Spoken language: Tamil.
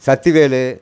சக்திவேல்